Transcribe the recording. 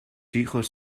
hijos